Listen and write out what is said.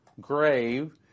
grave